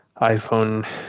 iPhone